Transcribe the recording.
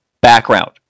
Background